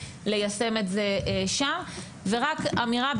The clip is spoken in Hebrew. ליישם את זה שם ורק אמירה,